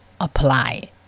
apply